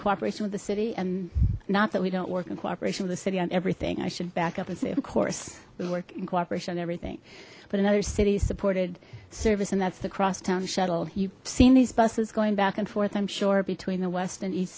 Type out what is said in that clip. cooperation with the city and not that we don't work in cooperation with the city on everything i should back up and say of course we work in cooperation everything but another city supported service and that's the crosstown shuttle you've seen these buses going back and forth i'm sure between the west and east